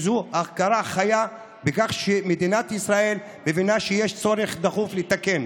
זו הכרה חיה בכך שמדינת ישראל מבינה שיש צורך דחוף לתקן.